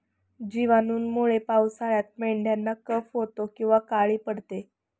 जिवाणूंमुळे पावसाळ्यात मेंढ्यांना कफ होतो किंवा काळी पडते